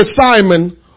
Simon